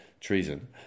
treason